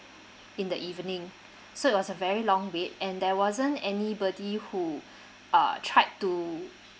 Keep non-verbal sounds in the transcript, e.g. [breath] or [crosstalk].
in the evening so it was a very long wait and there wasn't anybody who [breath] uh tried to